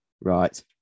Right